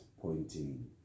pointing